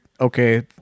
okay